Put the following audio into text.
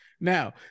Now